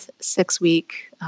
six-week